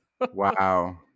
Wow